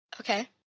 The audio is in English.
Okay